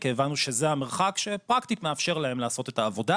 כי הבנו שזה המרחק שפרקטית מאפשר להם לעשות את העבודה,